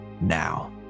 now